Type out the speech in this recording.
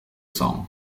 song